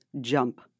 jump